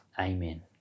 amen